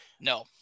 no